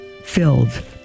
filled